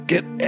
Get